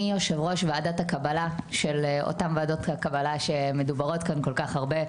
אני יושב ראש ועדת הקבלה של אותם ועדות קבלה שמדוברות כאן כל כך הרבה.